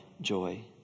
joy